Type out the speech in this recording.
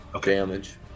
damage